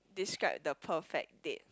describe the perfect date